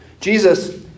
Jesus